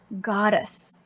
goddess